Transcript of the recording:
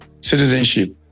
Citizenship